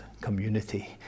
community